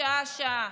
שעה-שעה.